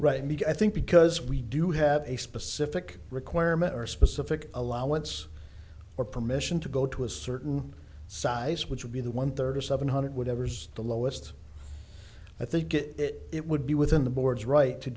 right me i think because we do have a specific requirement or a specific allowance or permission to go to a certain size which would be the one third or seven hundred whatevers the lowest i think it it would be within the boards right to